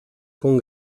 con